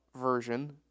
version